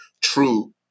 true